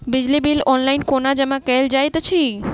बिजली bill online कोना जमा कएल जाइत अछि?